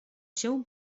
się